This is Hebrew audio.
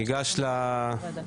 סדר-היום.